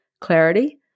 clarity